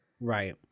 right